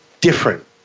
different